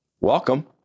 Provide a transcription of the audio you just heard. Welcome